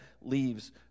leaves